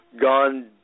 gone